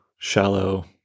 Shallow